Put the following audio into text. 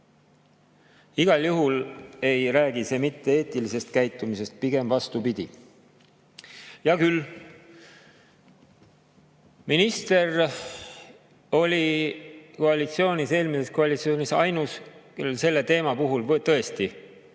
Igal juhul ei räägi see mitte eetilisest käitumisest, pigem vastupidi. Hea küll. Minister oli eelmises koalitsioonis ainus, kellel selle teema puhul võis